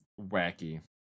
wacky